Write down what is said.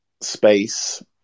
space